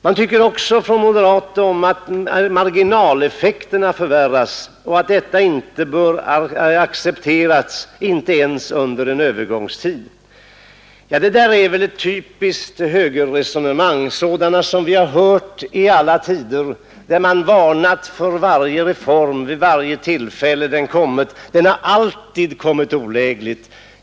Man tycker också på moderat håll att marginaleffekterna förvärras och att detta inte bör accepteras, inte ens under en övergångstid. Det där är ett av de typiska högerresonemang som vi har hört i alla tider, när man varnat för varje reform vid varje tillfälle den kommit; den har alltid kommit olägligt.